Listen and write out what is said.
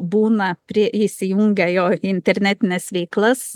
būna pri įsijungę jo į internetines veiklas